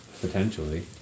Potentially